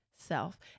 self